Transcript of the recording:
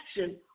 Action